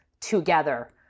together